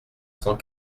cent